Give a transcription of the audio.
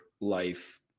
life